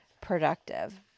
productive